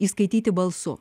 įskaityti balsu